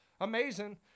amazing